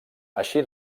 així